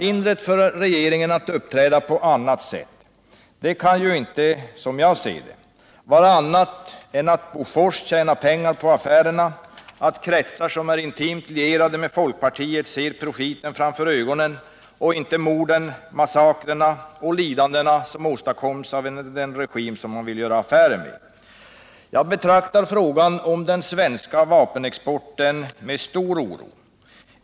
Hindret för regeringen att uppträda på annat sätt kan inte, som jag ser det, vara annat än att Bofors tjänar pengar på affärerna, att kretsar som är intimt lierade med folkpartiet ser profiten framför ögonen och inte morden, massakern och lidandena som åstadkoms av den regim man vill göra affärer med. Jag betraktar frågan om den svenska vapenexporten med stor oro.